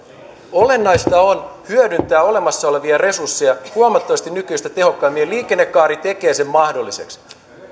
olennaista on hyödyntää olemassa olevia resursseja huomattavasti nykyistä tehokkaammin ja liikennekaari tekee sen mahdolliseksi